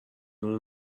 اون